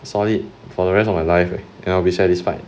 solid for the rest of my life cannot be satisfied